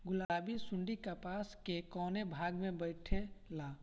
गुलाबी सुंडी कपास के कौने भाग में बैठे ला?